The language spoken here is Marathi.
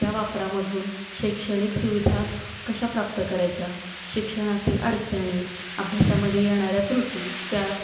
त्या वापरामधून शैक्षणिक सुविधा कशा प्राप्त करायच्या शिक्षणातील अडचणी अभ्यासामध्ये येणाऱ्या त्रुटी त्या